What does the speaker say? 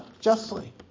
justly